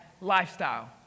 lifestyle